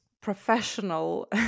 professional